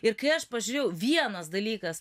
ir kai aš pažiūrėjau vienas dalykas